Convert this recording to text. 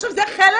זה חלק